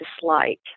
dislike